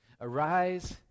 arise